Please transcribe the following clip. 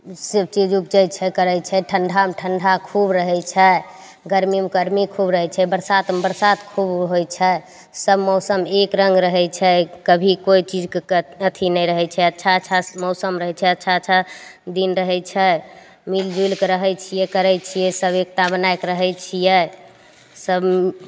सबचीज उपजय छै करय छै ठण्डामे ठण्डा खूब रहय छै गर्मीमे गर्मी खूब रहय छै बरसातमे बरसात खूब होइ छै सब मौसम एक रङ्ग रहय छै कभी कोइ चीजके अथी नहि रहय छै अच्छा अच्छा मौसम रहय छै अच्छा अच्छा दिन रहय छै मिल जुलिके रहय छियै करय छियै सब एकता बनाकऽ रहय छियै सब